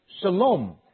shalom